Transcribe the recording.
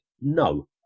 No